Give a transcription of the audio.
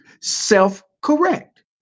self-correct